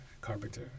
Carpenter